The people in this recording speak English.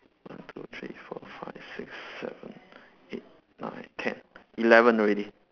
one two three four five six seven eight nine ten eleven already